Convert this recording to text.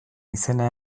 izena